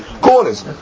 corners